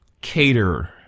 cater